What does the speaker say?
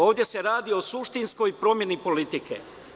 Ovde se radi o suštinskoj promeni politike.